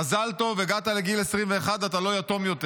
מזל טוב, הגעת לגיל 21, אתה לא יתום יותר.